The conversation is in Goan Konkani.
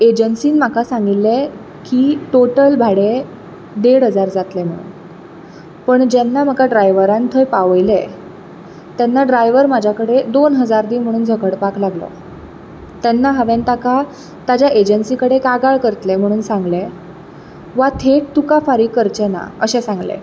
एजन्सीन म्हाका सांगिल्लें की टोटल भाडें देड हजार जातलें म्हुणोन पूण जेन्ना म्हाका ड्रायवरान थंय पावयलें तेन्ना ड्रायवर म्हाज्या कडेन दोन हजार दी म्हणून झगडपाक लागलो तेन्ना हांवें ताका ताच्या एजन्सी कडेन कागाळ करतलें म्हुणोन सांगले वा थेट तुका फारीक करचे ना अशें सांगलें